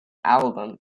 album